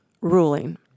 ruling